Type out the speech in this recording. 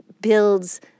builds